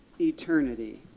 Eternity